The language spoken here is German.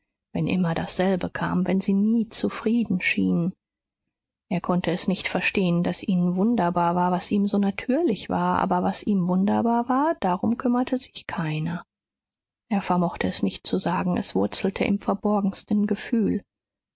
wenn immer dasselbe kam wenn sie nie zufrieden schienen er konnte es nicht verstehen daß ihnen wunderbar war was ihm so natürlich war aber was ihm wunderbar war darum kümmerte sich keiner er vermochte es nicht zu sagen es wurzelte im verborgensten gefühl